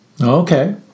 Okay